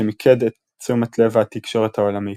שמיקד את תשומת לב התקשורת העולמית.